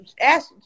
ask